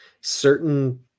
certain